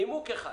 נימוק אחד